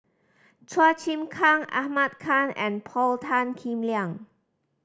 Chua Chim Kang Ahmad Khan and Paul Tan Kim Liang